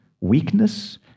weakness